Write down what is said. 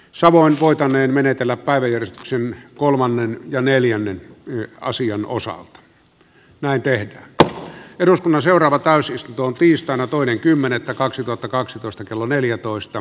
savon voitaneen menetellä päivi rissasen kolmannen ja neljännen yö asian osalta väite ei tälle eduskunnan seuraava täysistuntoon tiistaina toinen kymmenettä kaksituhattakaksitoista kello neljätoista